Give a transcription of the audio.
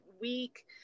week